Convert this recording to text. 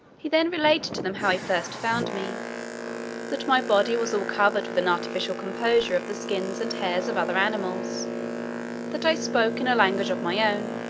he then related to them how he first found me that my body was all covered with an artificial composure of the skins and hairs of other animals that i spoke in a language of my own,